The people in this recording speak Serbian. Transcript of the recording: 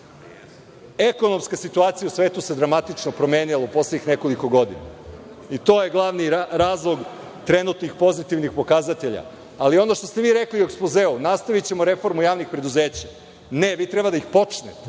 situacija u svetu se dramatično promenila u poslednjih nekoliko godina i to je glavni razlog trenutnih pozitivnih pokazatelja. Ali, ono što ste vi rekli u ekspozeu – nastavićemo reformu javnih preduzeća, ne, vi treba da ih počnete,